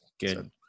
Good